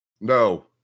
No